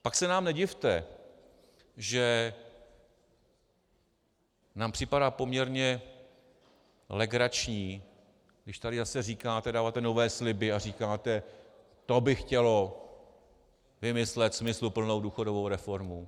Pak se nám nedivte, že nám připadá poměrně legrační, když tady zase dáváte nové sliby a říkáte: to by chtělo vymyslet smysluplnou důchodovou reformu.